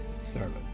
servant